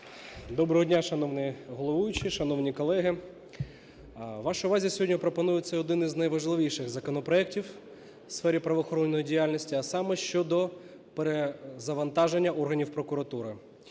Доброго дня, шановний головуючий, шановні колеги! Вашій увазі сьогодні пропонується один з найважливіших законопроектів у сфері правоохоронної діяльності, а саме щодо перезавантаження органів прокуратури.